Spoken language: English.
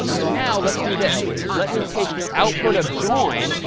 but now let's do this. let me take the output of join,